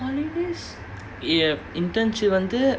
holidays ya internship வந்து:vanthu